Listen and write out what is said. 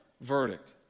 verdict